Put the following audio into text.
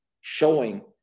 showing